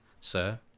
sir